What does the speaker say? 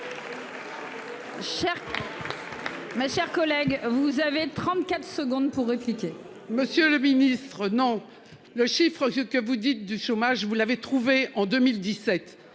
Monsieur le Ministre. Non le chiffre que vous dites du chômage, vous l'avez trouvé. En 2017,